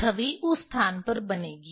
छवि उस स्थान पर बनेगी